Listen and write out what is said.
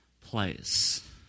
place